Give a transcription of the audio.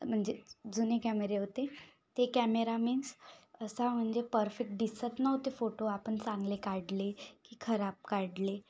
म्हणजे जुने कॅमेरे होते ते कॅमेरा मीन्स असा म्हणजे परफेक्ट दिसत नव्हते फोटो आपण चांगले काढले की खराब काढले